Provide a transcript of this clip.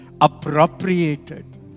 appropriated